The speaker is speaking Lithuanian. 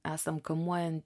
esam kamuojami